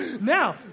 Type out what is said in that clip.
Now